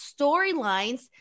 storylines